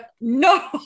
No